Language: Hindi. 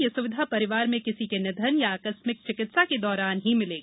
यह सुविधा परिवार में किसी के निधन या आकस्मिक चिकित्सा के दौरान ही मिलेगी